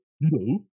no